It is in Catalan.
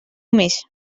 més